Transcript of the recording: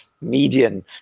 median